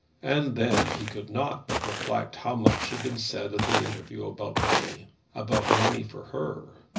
and then he could not but reflect how much had been said at the interview about money about money for her,